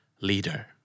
Leader